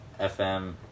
FM